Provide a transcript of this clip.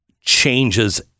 changes